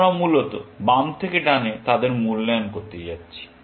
আমরা মূলত বাম থেকে ডানে তাদের মূল্যায়ন করতে যাচ্ছি